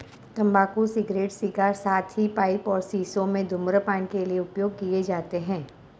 तंबाकू cigarette, cigar, साथ ही पाइप और शीशों में धूम्रपान के लिए उपयोग किए जाते हैं